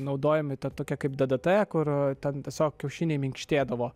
naudojami ta tokia kaip ddt kur ten tiesiog kiaušiniai minkštėdavo